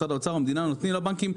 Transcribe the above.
משרד האוצר או המדינה נותנים לבנקים,